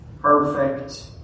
perfect